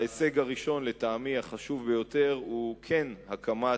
ההישג הראשון, ולטעמי החשוב ביותר, הוא הקמת